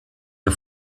der